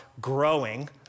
growing